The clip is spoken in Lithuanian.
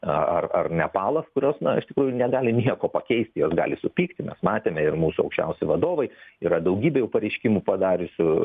a ar ar nepalas kurios iš tikrųjų negali nieko pakeisti jos gali supykti mes matėme ir mūsų aukščiausi vadovai yra daugybė jau pareiškimų padariusių